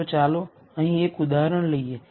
તો ચાલો અહીં એક ઉદાહરણ લઈએ